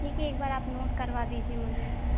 ठीक है एक बार आप नोट करवा दीजिए मुझे